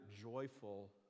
joyful